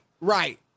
right